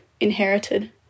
inherited